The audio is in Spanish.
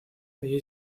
allí